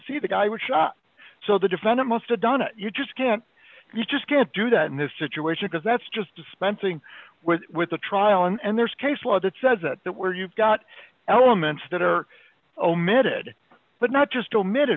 see the guy was shot so the defendant must a done it you just can't you just can't do that in this situation because that's just dispensing with the trial and there's case law that says that that where you've got elements that are omitted but not just omitted